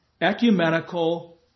Ecumenical